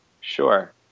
Sure